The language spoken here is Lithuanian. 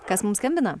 kas mum skambina